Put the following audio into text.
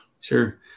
Sure